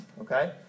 Okay